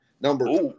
number